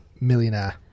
Millionaire